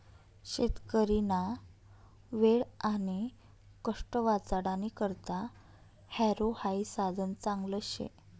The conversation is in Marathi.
शेतकरीना वेळ आणि कष्ट वाचाडानी करता हॅरो हाई साधन चांगलं शे